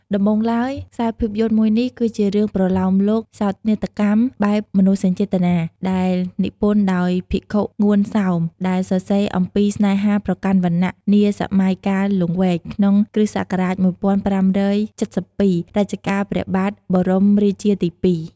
ដំបូងឡើយ ខ្សែភាពយន្តមួយនេះ គឺជារឿងប្រលោមលោកសោកនាដកម្មបែបមនោសញ្ចេតនា ដែលនិពន្ធដោយភិក្ខុ ងួនសោម ដែលសរសេរអំពីស្នេហាប្រកាន់វណ្ណៈនា សម័យកាលលង្វែក ក្នុង គ្រិស្តសករាជ ១៥៧២ រជ្ជកាលព្រះបាទ បរមរាជាទី២ ។